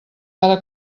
cada